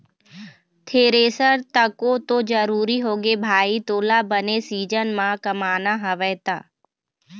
thresher तको तो जरुरी होगे भाई तोला बने सीजन म कमाना हवय त